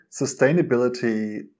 sustainability